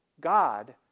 God